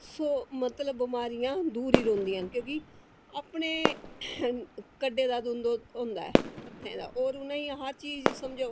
सो मतलब बमारियां दूर ई रौहंदियां क्योंकि अपने कड्ढे दा दुद्ध होंदा ऐ हत्थै दा होर उनेंगी हर चीज़ समझो